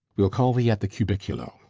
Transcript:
we'll call thee at the cubiculo.